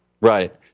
Right